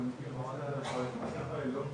אבל אי אפשר להבטיח מראש שמה שהרשות